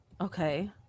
okay